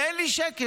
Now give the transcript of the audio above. ואין לי שקל,